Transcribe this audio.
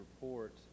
report